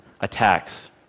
attacks